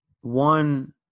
one